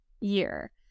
year